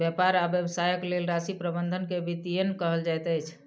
व्यापार आ व्यवसायक लेल राशि प्रबंधन के वित्तीयन कहल जाइत अछि